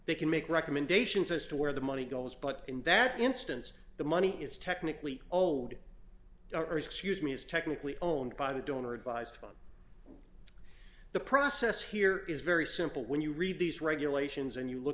they can make recommendations as to where the money goes but in that instance the money is technically old or excuse me is technically owned by the donor advised on the process here is very simple when you read these regulations and you look